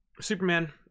Superman